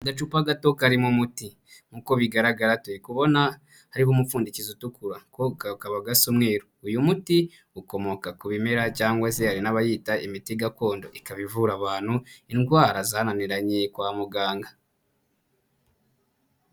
Agacupa gato karimo umuti nk'uko bigaragara turikubona hariho umupfundikizo utukura ko kakaba gasa umweru, uyu muti ukomoka ku bimera cyangwa se hari n'abayita imiti gakondo ikaba ivura abantu indwara zananiranye kwa muganga.